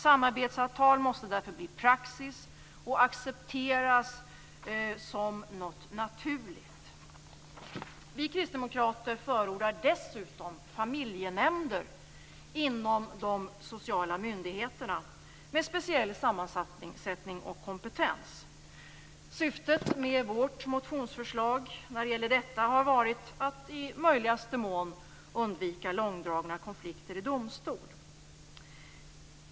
Samarbetssamtal måste därför bli praxis och accepteras som något naturligt. Vi kristdemokrater förordar dessutom familjenämnder inom de sociala myndigheterna, med speciell sammansättning och kompetens. Syftet med vårt motionsförslag när det gäller detta har varit att i möjligaste mån undvika långdragna konflikter i domstol.